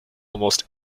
almost